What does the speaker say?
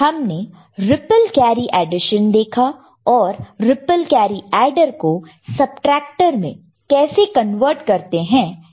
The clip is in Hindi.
हमने रिप्पल कैरी एडिशन देखा और रिप्पल कैरी एडर को सबट्रैक्टर मे कैसे कन्वर्ट करते हैं यह भी देखा